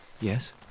Yes